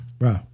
Wow